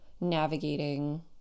navigating